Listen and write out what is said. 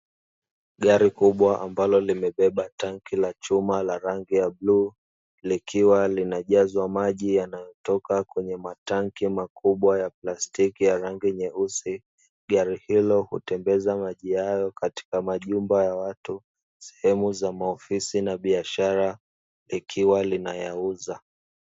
Gari kubwa ambalo limebeba tenki la chuma la rangi ya bluu, likiwa linajazwa maji yanayotoka kwenye matanki makubwa ya plastiki ya rangi nyeusi, gari hilo hutembeza maji hayo katika majumba ya watu sehemu za maofisi na biashara likiwa linayauza.